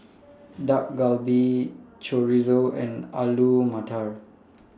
Dak Galbi Chorizo and Alu Matar